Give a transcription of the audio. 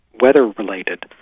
weather-related